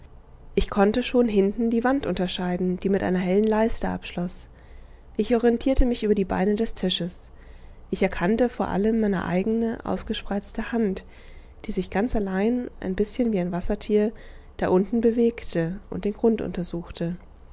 ich konnte schon hinten die wand unterscheiden die mit einer hellen leiste abschloß ich orientierte mich über die beine des tisches ich erkannte vor allem meine eigene ausgespreizte hand die sich ganz allein ein bißchen wie ein wassertier da unten bewegte und den grund untersuchte